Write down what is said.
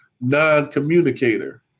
non-communicator